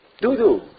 Dudu